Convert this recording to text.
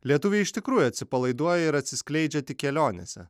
lietuviai iš tikrųjų atsipalaiduoja ir atsiskleidžia tik kelionėse